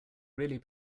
really